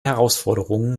herausforderungen